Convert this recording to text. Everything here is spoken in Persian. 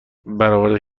برآورده